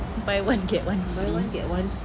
buy one get one free you get one